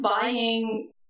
buying